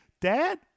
dad